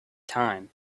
time